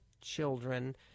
children